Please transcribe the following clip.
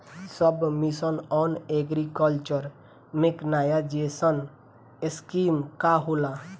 सब mission on agriculture mechanisation scheme का होला?